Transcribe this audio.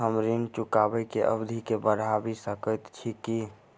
हम ऋण चुकाबै केँ अवधि केँ बढ़ाबी सकैत छी की?